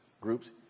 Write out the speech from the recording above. groups